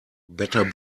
better